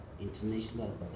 international